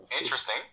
Interesting